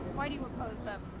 why do you oppose that?